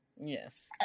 Yes